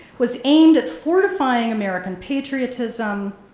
was aimed at fortifying american patriotism